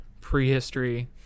prehistory